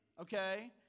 okay